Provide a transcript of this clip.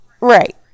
right